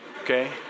okay